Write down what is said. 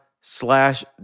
slash